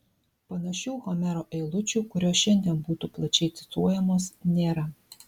panašių homero eilučių kurios šiandien būtų plačiai cituojamos nėra